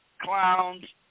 clowns